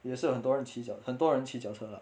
也是很多人骑脚很多人骑脚车 lah